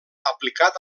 aplicat